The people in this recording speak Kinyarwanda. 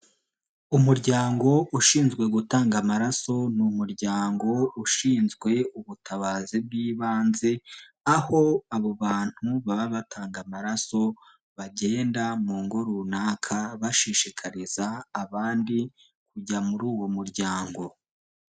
Umuryango ushinzwe gutanga amaraso ni umuryango ushinzwe ubutabazi bw'ibanze, aho abo bantu baba batanga amaraso bagenda mu ngo runaka bashishikariza abandi kujya muri uwo muryango.